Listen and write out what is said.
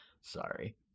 sorry